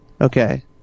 Okay